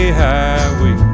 highway